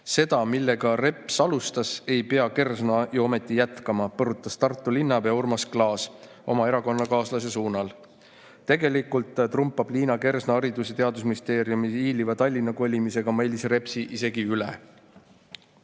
"Seda, millega Reps alustas, ei pea Kersna ju ometi jätkama!" põrutab Tartu linnapea Urmas Klaas oma erakonnakaaslase suunal. Tegelikult trumpab Liina Kersna haridus‑ ja teadusministeeriumi hiiliva Tallinna kolimisega Mailis Repsi isegi üle."